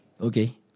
Okay